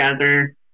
together